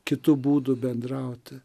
kitu būdu bendrauti